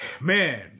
Man